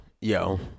yo